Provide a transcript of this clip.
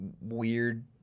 weird